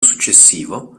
successivo